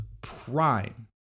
prime